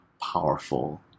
powerful